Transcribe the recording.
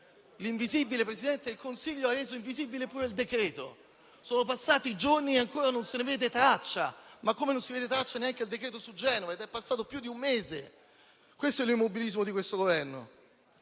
del Consiglio ha reso invisibile anche il decreto-legge: sono passati giorni e ancora non se ne vede traccia, come non si vede traccia del provvedimento su Genova ed è passato più di un mese. Questo è l'immobilismo del Governo.